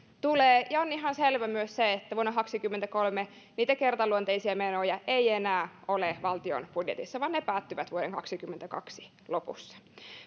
tulee on ihan selvä myös se että vuonna kaksikymmentäkolme niitä kertaluonteisia menoja ei enää ole valtion budjetissa vaan ne päättyvät vuoden kaksikymmentäkaksi lopussa